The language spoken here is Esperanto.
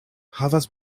havas